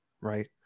right